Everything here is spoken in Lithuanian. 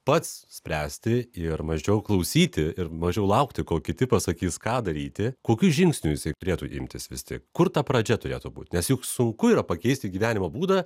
pats spręsti ir mažiau klausyti ir mažiau laukti kol kiti pasakys ką daryti kokius žingsnius turėtų imtis vesti kur ta pradžia turėtų būti nes juk sunku yra pakeisti gyvenimo būdą